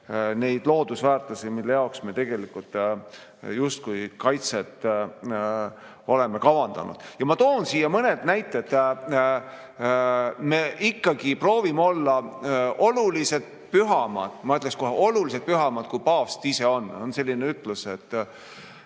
neid loodusväärtusi, mille jaoks me tegelikult justkui oleme kaitset kavandanud. Ma toon siia mõned näited. Me ikkagi proovime olla oluliselt pühamad, ma ütleksin, kohe oluliselt pühamad, kui paavst ise on. On selline ütlus, et